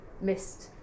missed